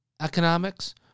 economics